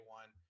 one